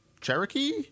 Cherokee